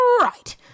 Right